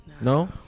No